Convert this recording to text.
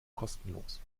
kostenlos